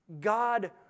God